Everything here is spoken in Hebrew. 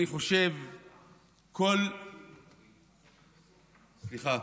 אני חושב שכל, סליחה,